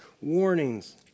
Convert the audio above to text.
warnings